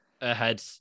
ahead